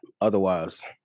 otherwise